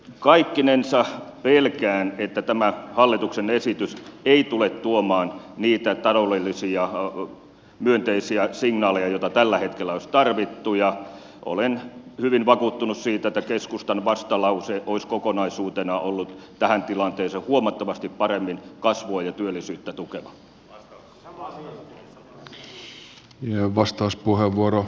kaikkinensa pelkään että tämä hallituksen esitys ei tule tuomaan niitä taloudellisia myönteisiä signaaleja joita tällä hetkellä olisi tarvittu ja olen hyvin vakuuttunut siitä että keskustan vastalause olisi kokonaisuutena ollut tähän tilanteeseen huomattavasti paremmin kasvua ja työllisyyttä tukeva